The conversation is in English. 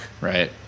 Right